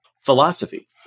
philosophy